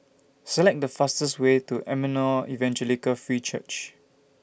Select The fastest Way to Emmanuel Evangelical Free Church